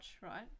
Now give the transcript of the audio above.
right